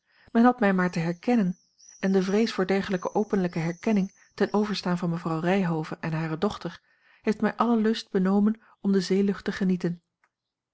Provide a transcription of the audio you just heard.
men had mij maar te herkennen en de vrees voor dergelijke openlijke herkenning ten overstaan van mevrouw ryhove en hare dochter heeft mij allen lust benomen om de zeelucht te genieten